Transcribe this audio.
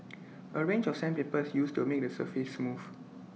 A range of sandpaper used to make the surface smooth